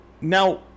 now